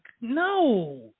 No